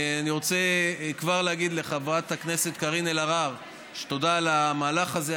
אני רוצה כבר להגיד לחברת הכנסת קארין אלהרר תודה על המהלך הזה.